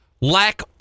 lack